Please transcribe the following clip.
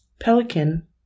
Pelican